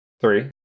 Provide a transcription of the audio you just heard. Three